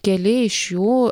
keli iš jų